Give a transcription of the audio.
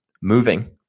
moving